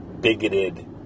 bigoted